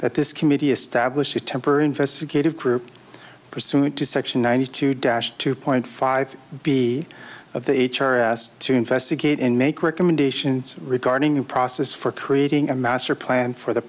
that this committee established a temper investigative group pursuant to section ninety two dash two point five b of the h r s to investigate and make recommendations regarding the process for creating a master plan for the